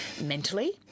mentally